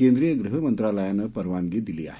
कंद्रीय गृह मंत्रालयानं परवानगी दिली आहे